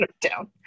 down